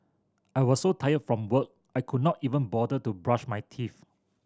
I was so tired from work I could not even bother to brush my teeth